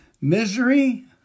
misery